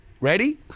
Ready